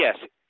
yes